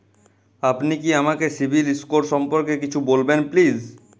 আপনি কি আমাকে সিবিল স্কোর সম্পর্কে কিছু বলবেন প্লিজ?